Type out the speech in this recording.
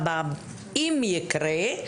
אם יקרה,